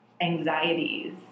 anxieties